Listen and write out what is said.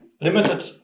limited